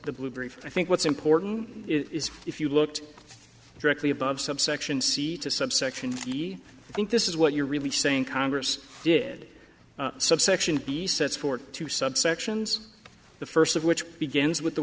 brief i think what's important is if you looked directly above subsection c to subsection v i think this is what you're really saying congress did subsection b sets for two subsections the first of which begins with the